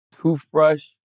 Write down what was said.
toothbrush